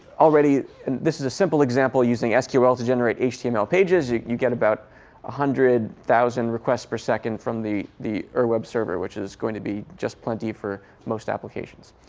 already this is simple example using sql to generate html pages. you you get about one hundred thousand requests per second from the the ur web server, which is going to be just plenty for most applications.